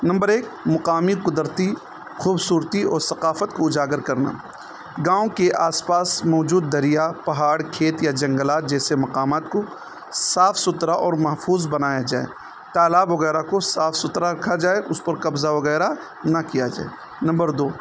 number ایک مقامی قدرتی خوبصورتی اور ثقافت کو اجاگر کرنا گاؤں کے آس پاس موجود دریا پہاڑ کھیت یا جنگلات جیسے مقامات کو صاف ستھرا اور محفوظ بنایا جائے تالاب وغیرہ کو صاف ستھرا رکھا جائے اس پر قبضہ وغیرہ نہ کیا جائے نمبر دو